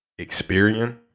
Experian